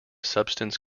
substance